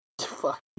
Fuck